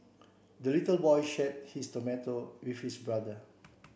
the little boy shared his tomato with his brother